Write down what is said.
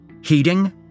Heating